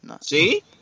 See